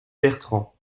bertrand